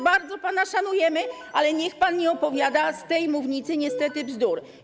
Bardzo pana szanujemy, ale niech pan nie opowiada z tej mównicy niestety bzdur.